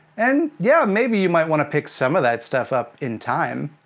and. yeah, maybe you might wanna pick some of that stuff up in time.